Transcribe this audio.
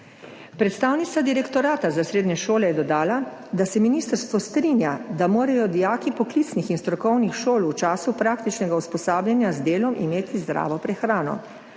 Predstavnica Direktorata za srednje šole je dodala, da se ministrstvo strinja, da morajo dijaki poklicnih in strokovnih šol v času praktičnega usposabljanja z delom imeti zdravo prehrano.